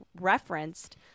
referenced